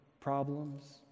problems